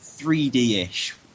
3D-ish